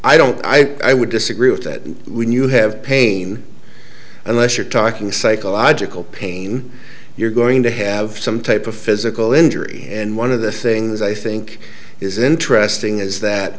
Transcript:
i don't i i would disagree with that when you have pain unless you're talking psychological pain you're going to have some type of physical injury and one of the things i think is interesting is that